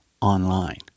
online